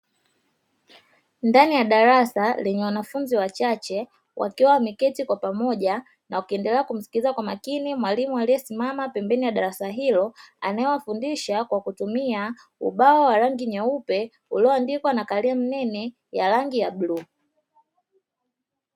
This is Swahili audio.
Ndani ya darasa lenye wanafunzi wachache wakiwa wameketi kwa pamoja na wakiendelea kumsikiliza kwa makini mwalimu aliyesimama pembeni ya darasa hilo, anayewafundisha kwa kutumia ubao wa rangi nyeupe ulioandikwa na kalamu nene ya rangi ya bluu.